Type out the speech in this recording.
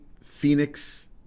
Phoenix